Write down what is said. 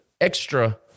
extra